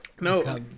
No